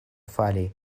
fari